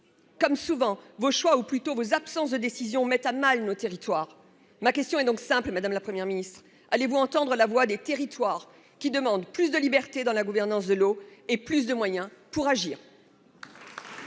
Comme souvent, vos choix- ou plutôt votre absence de décisions -mettent à mal nos territoires. Ma question est donc simple, madame la Première ministre : entendrez-vous la voix des territoires, qui demandent plus de liberté dans la gouvernance de l'eau et plus de moyens pour agir ?